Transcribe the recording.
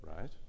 right